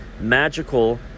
magical